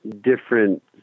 different